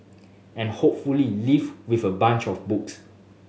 and hopefully leave with a bunch of books